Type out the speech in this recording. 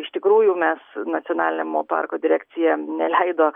iš tikrųjų mes nacionalinė mo parko direkcija neleido